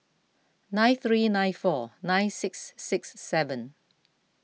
nine three nine four nine six six seven